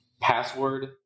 password